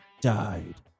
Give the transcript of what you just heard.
died